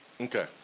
Okay